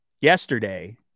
Yesterday